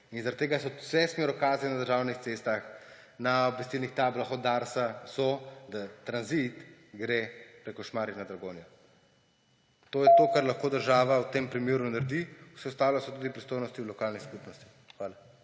In zaradi tega so vsi smerokazi na državnih cestah, na Darsovih obvestilnih tablah, da tranzit gre preko Šmarij na Dragonjo. To je to, kar lahko država v tem primeru naredi, vse ostalo je tudi v pristojnosti lokalne skupnosti. Hvala.